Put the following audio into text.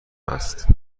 است